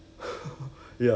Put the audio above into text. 值得 meh